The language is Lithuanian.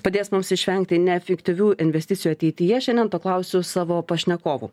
padės mums išvengti neefektyvių investicijų ateityje šiandien to klausiu savo pašnekovų